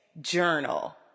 journal